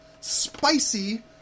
spicy